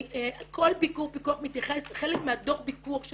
כל ביקור פיקוח מתייחס --- חלק מהדוח פיקוח של